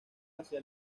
hacia